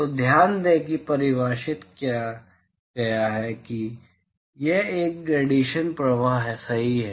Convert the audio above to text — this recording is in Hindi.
तो ध्यान दें कि जी परिभाषित किया गया है कि यह एक घटना रेडिएशन प्रवाह सही है